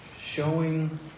showing